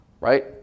right